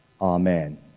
Amen